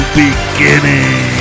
beginning